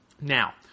now